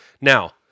Now